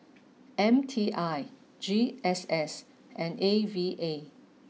M T I G S S and A V A